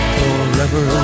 forever